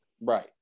right